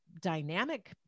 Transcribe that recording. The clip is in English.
dynamic